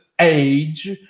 age